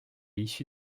issu